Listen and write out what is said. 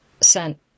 sent